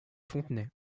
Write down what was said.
fontenay